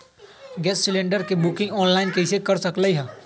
Gas cylinder के booking online कईसे हो सकलई ह?